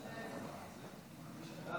תודה,